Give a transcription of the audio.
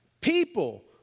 People